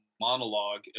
monologue